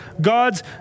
God's